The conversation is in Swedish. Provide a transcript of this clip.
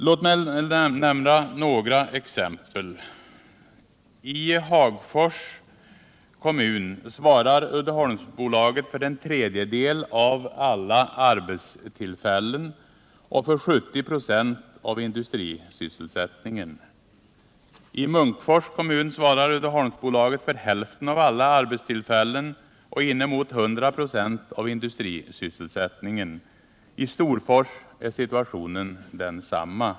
Låt mig nämna några exempel: I Hagfors kommun svarar Uddeholmsbolaget för en tredjedel av alla arbetstillfällen och för 70 96 av industrisysselsättningen. I Munkfors kommun svarar Uddeholmsbolaget för hälften av alla arbetstillfällen och inemot 100 96 av industrisysselsättningen. I Storfors är situationen densamma.